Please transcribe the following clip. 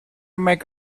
make